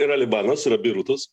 yra libanas yra beirutas